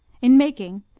in making,